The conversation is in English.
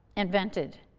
invented.